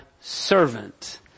servant